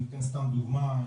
אני אתן סתם דוגמא,